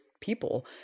people